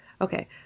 Okay